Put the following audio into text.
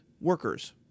workers